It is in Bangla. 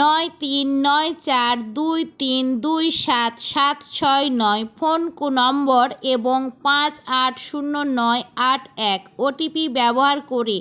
নয় তিন নয় চার দুই তিন দুই সাত সাত ছয় নয় ফোন কো নম্বর এবং পাঁচ আট শূন্য নয় আট এক ওটিপি ব্যবহার করে